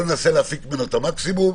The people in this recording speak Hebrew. ננסה להפיק ממנו את המקסימום.